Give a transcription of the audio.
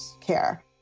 care